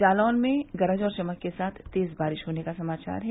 जालौन में गरज और चमक के साथ तेज़ बारिश होने का समाचार है